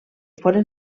foren